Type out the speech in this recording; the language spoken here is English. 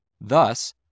Thus